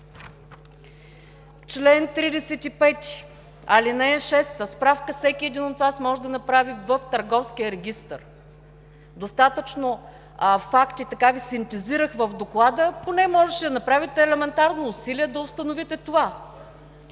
„Чл. 35, ал. 6 – Справка всеки един от Вас може да направи в Търговския регистър. Достатъчно факти Ви синтезирах в Доклада, поне можеше да направите елементарно усилие да установите това.